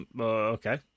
Okay